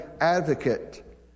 advocate